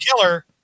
killer